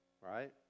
right